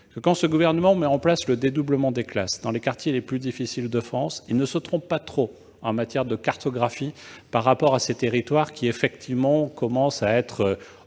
que, quand ce gouvernement a mis en place le dédoublement des classes dans les quartiers les plus difficiles de France, il ne s'est pas trop trompé, en matière de cartographie, par rapport à ces territoires que certains acteurs